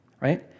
right